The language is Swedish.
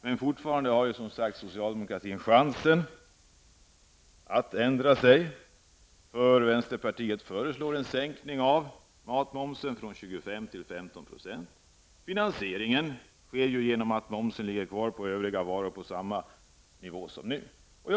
Men fortfarande har socialdemokratin som sagt chansen att ändra sig, för vänsterpartiet föreslår en sänkning av matmomsen från 25--15 %. Finansieringen sker genoma tt momsen ligger kvar på samma nivå som nu på övriga varor.